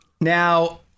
Now